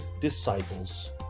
disciples